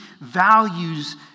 values